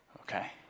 okay